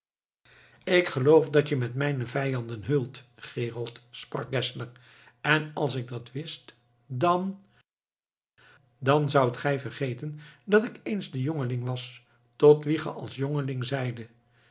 ik geloof dat je met mijne vijanden heult gerold sprak geszler en als ik dat wist dan dan zoudt gij vergeten dat ik eens de man was tot wien ge als jongeling zeidet